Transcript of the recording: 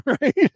right